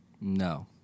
No